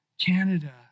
Canada